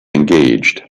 engaged